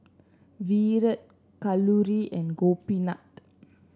Virat Kalluri and Gopinath